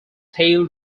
tail